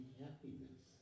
happiness